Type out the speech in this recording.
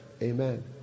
Amen